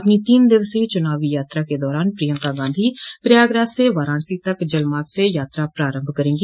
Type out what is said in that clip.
अपनी तीन दिवसीय चुनावी यात्रा के दौरान प्रियंका गांधो प्रयागराज से वाराणसी तक जल मार्ग से यात्रा प्रारंभ करेंगी